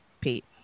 Pete